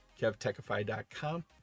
kevtechify.com